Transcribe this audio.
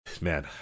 Man